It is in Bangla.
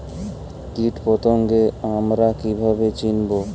কীটপতঙ্গ আমরা কীভাবে চিনব?